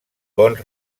bons